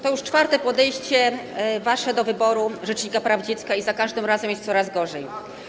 To już czwarte wasze podejście do wyboru rzecznika praw dziecka i za każdym razem jest coraz gorzej.